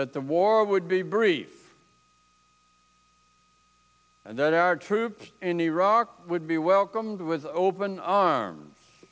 that the war would be brief and that our troops in iraq would be welcomed with open arms